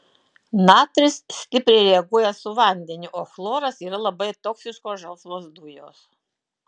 natris stipriai reaguoja su vandeniu o chloras yra labai toksiškos žalsvos dujos